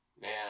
Man